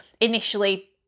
initially